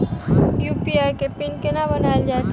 UPI केँ PIN केना बनायल जाइत अछि